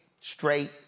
straight